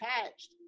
attached